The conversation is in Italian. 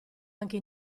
anche